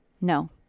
No